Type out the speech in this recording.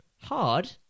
Hard